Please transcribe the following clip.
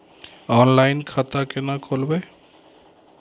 Online खाता केना खोलभैबै?